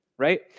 Right